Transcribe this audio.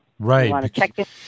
Right